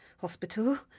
Hospital